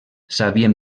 sabíem